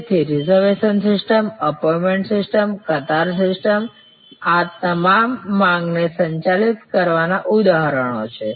તેથી reservation system appointment system કતાર system આ તમામ માંગને સંચાલિત કરવાના ઉદાહરણો છે